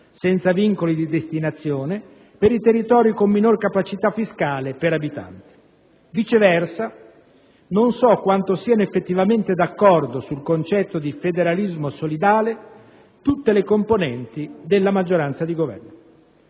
senza vincoli di destinazione, per i territori con minore capacità fiscale per abitante. Viceversa, non so quanto siano effettivamente d'accordo sul concetto di federalismo solidale tutte le componenti della maggioranza di Governo.